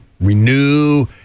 renew